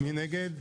פה אחד נגד,